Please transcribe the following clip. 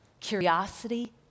Curiosity